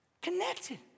connected